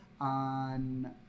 on